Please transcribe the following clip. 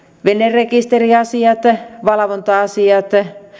venerekisteriasioissa valvonta asioissa